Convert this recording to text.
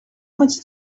much